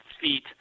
feet